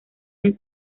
han